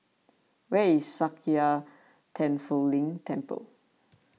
where is Sakya Tenphel Ling Temple